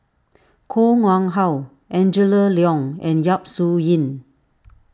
Koh Nguang How Angela Liong and Yap Su Yin